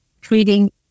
treating